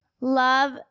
love